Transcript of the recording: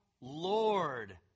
lord